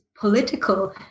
political